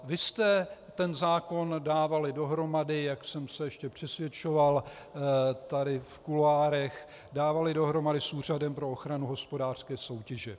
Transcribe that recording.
Vy jste ten zákon dávali dohromady, jak jsem se ještě přesvědčoval tady v kuloárech, dávali dohromady s Úřadem pro ochranu hospodářské soutěže.